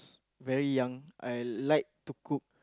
very young I like to cook